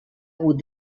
hagut